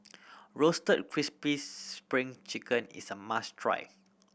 Roasted Crispy Spring Chicken is a must try